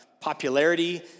popularity